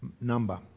number